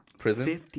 prison